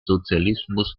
sozialismus